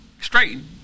Straighten